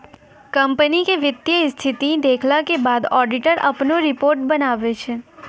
company के वित्तीय स्थिति देखला के बाद ऑडिटर अपनो रिपोर्ट बनाबै छै